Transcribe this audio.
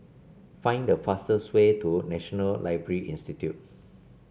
find the fastest way to National Library Institute